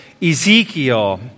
Ezekiel